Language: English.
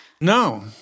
No